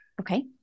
Okay